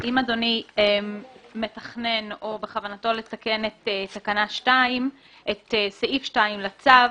אדוני מתכנן או בכוונתו לתקן את סעיף 2 לצו,